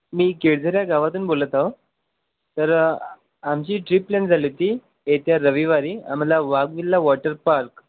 मी केळझर या गावातून बोलत आहे तर आमची ट्रीप प्लॅन झाली होती येत्या रविवारी आम्हाला वागविल्ला वॉटर पार्क